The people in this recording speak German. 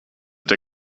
der